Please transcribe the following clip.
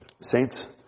saints